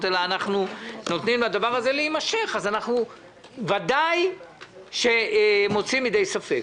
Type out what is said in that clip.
אלא אנחנו נותנים לדבר הזה להימשך אנחנו ודאי מוציאים מידי ספֵק,